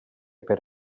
per